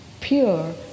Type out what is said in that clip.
pure